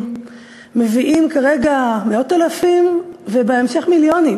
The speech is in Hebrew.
מביאים כרגע מאות אלפים ובהמשך מיליונים